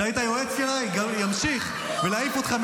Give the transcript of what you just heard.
הוא מפריע פה, טיבי, נו, תוציא אותו.